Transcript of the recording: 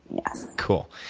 yes. cool.